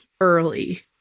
early